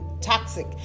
toxic